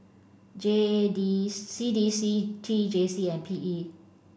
J D C D C T J C and P E